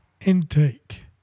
Intake